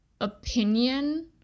opinion